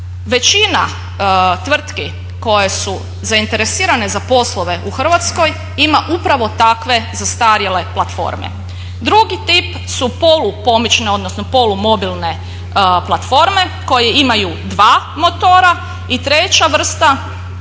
Većina tvrtki koje su zainteresirane za poslove u Hrvatskoj ima upravo takve zastarjele platforme. Drugi tip su polupomične odnosno polumobilne platforme koje imaju dva motora i treća vrsta